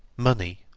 money,